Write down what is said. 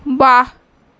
वाह